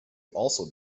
also